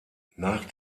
nach